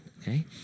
okay